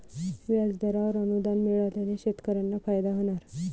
व्याजदरावर अनुदान मिळाल्याने शेतकऱ्यांना फायदा होणार